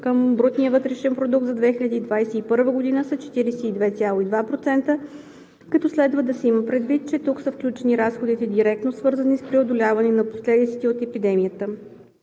на разходите към БВП за 2021 г. са 42,2%, като следва да се има предвид, че тук са включени разходите, директно свързани с преодоляване на последиците от епидемията.